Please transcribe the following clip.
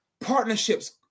Partnerships